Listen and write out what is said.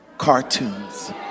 cartoons